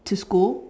to school